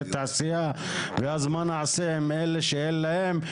ואזורי תעשייה ואז מה נעשה עם אלה שאין להם?